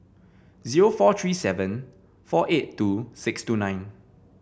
zero four three seven four eight two six two nine